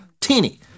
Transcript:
Teeny